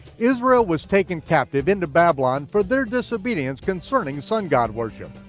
israel was taken captive into babylon for their disobedience concerning sun-god worship.